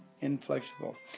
inflexible